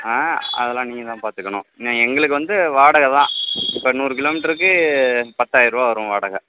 ஆ அதெலாம் நீங்கள்தான் பார்த்துக்கணும் எங்களுக்குவந்து வாடகைதான் இப்போ நூறு கிலோமீட்ருக்கு பத்தாயருவ வரும் வாடகை